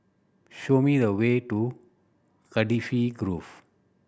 show me the way to Cardifi Grove